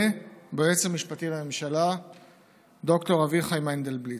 ביועץ המשפטי לממשלה ד"ר אביחי מנדלבליט,